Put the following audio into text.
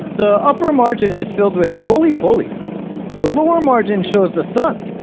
the upper margin is filled with roly-polies the lower margin shows the sun